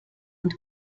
und